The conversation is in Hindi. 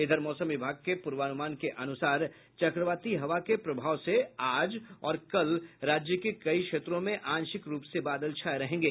इधर मौसम विभाग के पूर्वानुमान के अनुसार चक्रवाती हवा के प्रभाव से आज और कल राज्य के कई क्षेत्रों में आंशिक रूप से बादल छाये रहेंगे